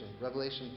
Revelation